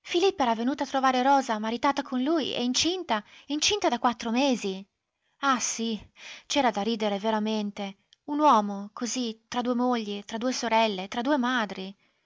filippa era venuta a trovare rosa maritata con lui e incinta incinta da quattro mesi ah sì c'era da ridere veramente un uomo così tra due mogli tra due sorelle tra due madri